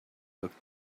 looked